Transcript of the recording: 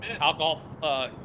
Alcohol